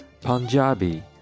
Punjabi